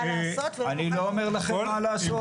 לעשות --- אני לא אומר לכם מה לעשות.